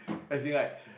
as in like